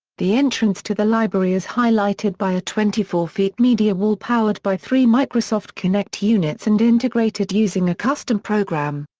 the entrance to the library is highlighted by a twenty four ft media wall powered by three microsoft kinect units and integrated using a custom program.